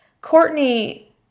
courtney